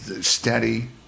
steady